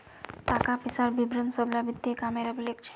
ताका पिसार विवरण सब ला वित्तिय कामेर अभिलेख छे